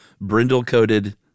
brindle-coated